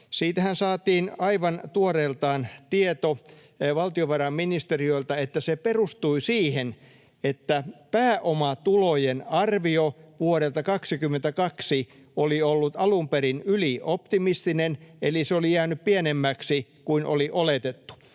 Siitähän saatiin aivan tuoreeltaan tieto valtiovarainministeriöltä, että se perustui siihen, että pääomatulojen arvio vuodelta 22 oli ollut alun perin ylioptimistinen eli se oli jäänyt pienemmäksi kuin oli oletettu.